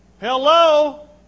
Hello